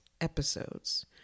episodes